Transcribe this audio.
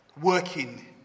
working